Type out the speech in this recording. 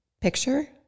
picture